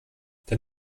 dann